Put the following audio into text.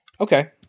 Okay